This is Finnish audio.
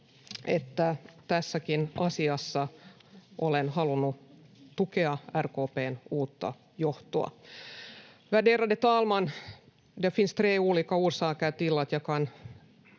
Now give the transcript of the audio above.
että tässäkin asiassa olen halunnut tukea RKP:n uutta johtoa.